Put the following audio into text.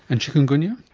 and chikungunya?